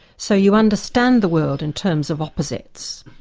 so you understand the world in terms of opposites,